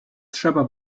trzeba